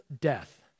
death